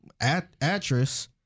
actress